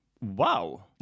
Wow